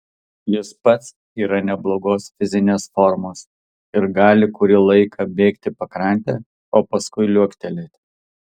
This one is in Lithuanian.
jis pats yra neblogos fizinės formos ir gali kurį laiką bėgti pakrante o paskui liuoktelėti